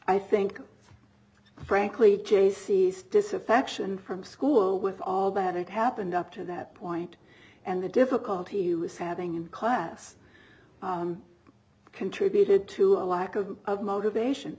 i think frankly jaycee's disaffection from school with all that it happened up to that point and the difficulty he was having in class contributed to a lack of motivation